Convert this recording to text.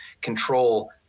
control